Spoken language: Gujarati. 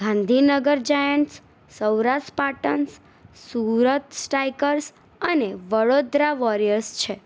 ગાંધીનગર જાયન્ટ્સ સૌરાષ્ટ્ર પાટન્સ સુરત સ્ટાયકસ અને વડોદરા વોરિયર્સ છે